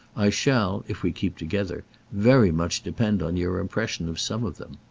i shall if we keep together very much depend on your impression of some of them.